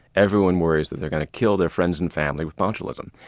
everyone worries that they're going to kill their friends and family with botulism.